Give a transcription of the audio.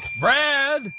Brad